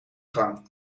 gang